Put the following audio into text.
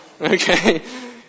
Okay